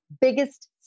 biggest